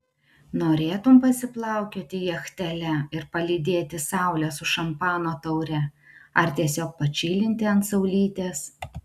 norėtum pasiplaukioti jachtele ir palydėti saulę su šampano taure ar tiesiog pačilinti ant saulytės